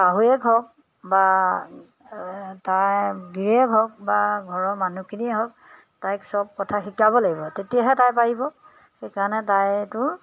শাহুৱেক হওক বা তাইৰ গিৰিয়েক হওক বা ঘৰৰ মানুহখিনিয়ে হওক তাইক সব কথা শিকাব লাগিব তেতিয়াহে তাই পাৰিব সেইকাৰণে তাইতো